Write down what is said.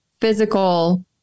physical